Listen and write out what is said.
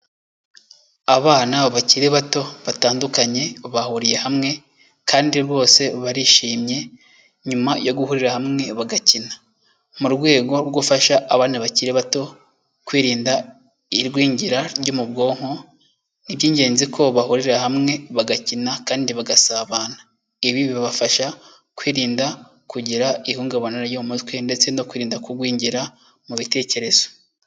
Abana bakiri bato batandukanye bahuriye hamwe kandi rwose barishimye nyuma yo guhurira hamwe bagakina. Mu rwego rwo gufasha abana bakiri bato kwirinda igwingira ryo mu bwonko ni iby'ingenzi ko bahurira hamwe bagakina kandi bagasabana ibi bibafasha kwirinda kugira ihungabana ryo mu mutwe ndetse no kwirinda kugwingira mu bitekerezo.